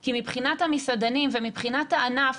כי מבחינת המסעדנים ומבחינת הענף,